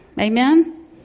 Amen